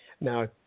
Now